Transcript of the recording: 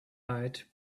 eyed